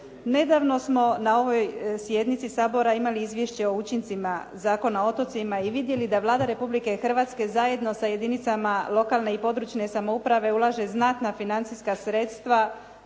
Nedavno smo na ovoj sjednici Sabora imali izvješće o učincima Zakona o otocima i vidjeli da Vlada Republike Hrvatske zajedno sa jedinicama lokalne i područne samouprave ulaže znatna financijska sredstva